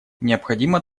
необходимо